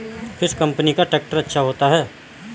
किस कंपनी का ट्रैक्टर अच्छा होता है?